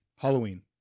Halloween